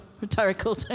Rhetorical